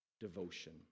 devotion